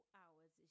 hours